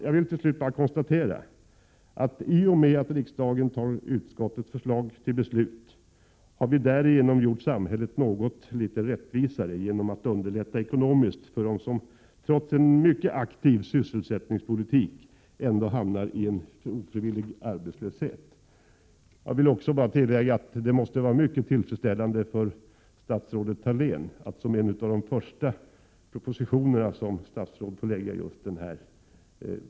Jag vill till slut bara konstatera att i och med att riksdagen bifaller utskottets förslag har vi gjort samhället något litet rättvisare genom att underlätta ekonomiskt för dem som trots den mycket aktiva sysselsättningspolitiken hamnar i en ofrivillig arbetslöshet. Jag vill även tillägga att det måste vara mycket tillfredsställande för statsrådet Thalén att bland de första propositioner hon lägger fram få lägga fram just denna.